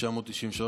התשנ"ג 1993,